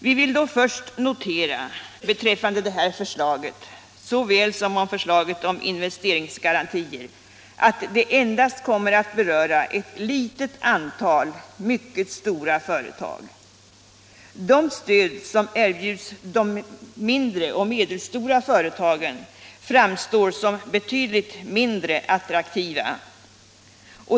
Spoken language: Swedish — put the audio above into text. Vi vill då först notera beträffande detta förslag såväl som förslaget om investeringsgarantier att det endast kommer att beröra ett litet antal mycket stora företag. De stöd som erbjuds de mindre och medelstora företagen framstår som betydligt mindre attraktiva.